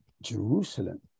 Jerusalem